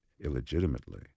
illegitimately